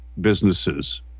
businesses